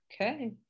Okay